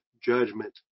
judgment